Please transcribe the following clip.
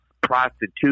prostitution